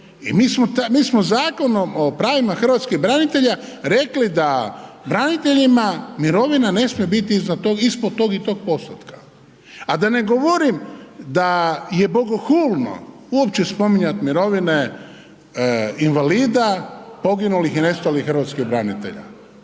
i mi smo Zakonom o pravima hrvatskih branitelja rekli da braniteljima ne smije biti ispod tog i tog postotka, a da ne govorim da je bogohulno uopće spominjati mirovine invalida, poginulih i nestalih hrvatskih branitelja.